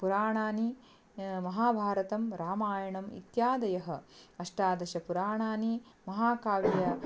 पुराणानि महाभारतं रामायणम् इत्यादयः अष्टादश पुराणानि महाकाव्यम्